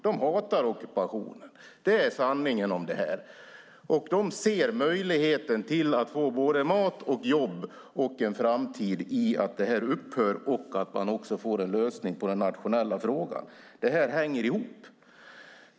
De hatar ockupationen. Det är sanningen. De ser en möjlighet att få mat, jobb och en framtid genom att detta upphör och de får en lösning av den nationella frågan. Det här hänger ihop.